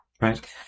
Right